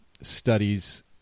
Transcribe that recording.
studies